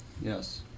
Yes